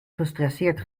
gestresseerd